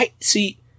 See